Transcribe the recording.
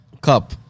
Cup